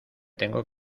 tengo